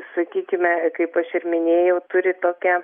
sakykime kaip aš ir minėjau turi tokią